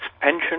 pension